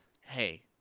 hey